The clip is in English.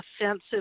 offensive